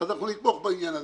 אנחנו נתמוך בעניין הזה.